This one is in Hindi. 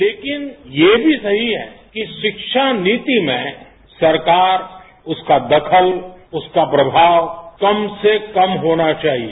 लेकिन ये भी सही है कि शिक्षा नीति में सरकार उसका दखल उसका प्रमाव कम से कम होना चाहिए